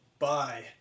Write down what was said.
Bye